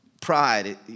Pride